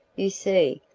you see,